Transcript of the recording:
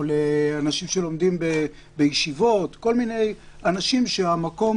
או לאנשים שלומדים בישיבות כל מיני אנשים שהמקום